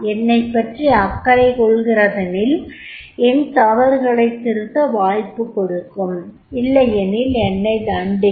என்னைப்பற்றி அக்கறை கொள்கிறதெனில் என் தவறுகளைத் திருத்த வாய்ப்பு கொடுக்கும் இல்லையெனில் என்னை தண்டிக்கும்